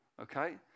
okay